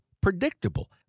predictable